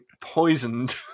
poisoned